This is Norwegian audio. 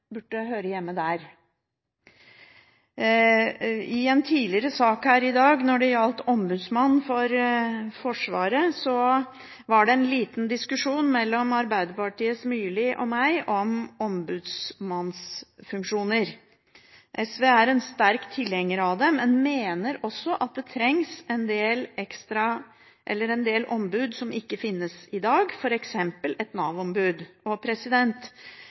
burde høre hjemme der. I en tidligere sak her i dag, når det gjaldt Ombudsmannen for Forsvaret, var det en liten diskusjon mellom Arbeiderpartiets Myrli og meg om ombudsmannsfunksjoner. SV er en sterk tilhenger av det, men mener også at det trengs en del ombud som ikke finnes i dag, f.eks. et